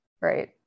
right